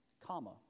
comma